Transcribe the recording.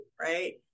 right